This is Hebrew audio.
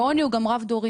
עוני הוא גם רב-דורי.